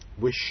wish